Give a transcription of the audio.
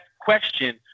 question